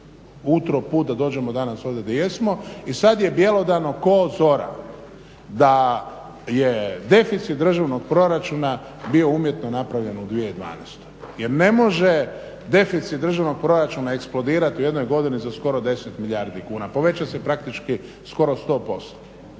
utro put da dođemo danas ovdje gdje jesmo i sad je bjelodano ko zora da je deficit državnog proračuna bio umjetno napravljen u 2012., jer ne može deficit državnog proračuna eksplodirati u jednoj godini za skoro 10 milijardi kuna. Povećao se praktički skoro 100%